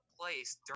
place